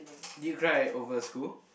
did you cry over school